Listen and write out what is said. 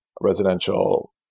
residential